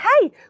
hey